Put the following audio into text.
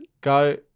go